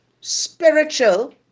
spiritual